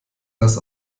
das